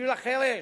בשביל החירש.